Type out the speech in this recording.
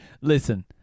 listen